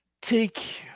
Take